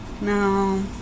No